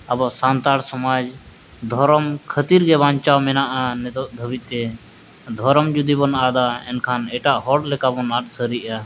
ᱟᱵᱚ ᱥᱟᱱᱛᱟᱲ ᱥᱚᱢᱟᱡᱽ ᱫᱷᱚᱨᱚᱢ ᱠᱷᱟᱹᱛᱤᱨ ᱜᱮ ᱵᱟᱧᱪᱟᱣ ᱢᱮᱱᱟᱜᱼᱟ ᱱᱤᱛᱚᱜ ᱫᱷᱟᱹᱵᱤᱡᱛᱮ ᱫᱷᱚᱨᱚᱢ ᱡᱩᱫᱤ ᱵᱚᱱ ᱟᱫᱟ ᱮᱱᱠᱷᱟᱱ ᱮᱴᱟᱜ ᱦᱚᱲ ᱞᱮᱠᱟ ᱵᱚᱱ ᱟᱫ ᱥᱟᱹᱨᱤᱜᱼᱟ